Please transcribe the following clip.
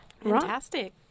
Fantastic